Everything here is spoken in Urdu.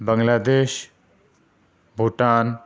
بنگلہ دیش بھوٹان